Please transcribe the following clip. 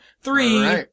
Three